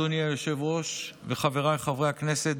אדוני היושב-ראש וחבריי חברי הכנסת,